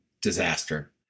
disaster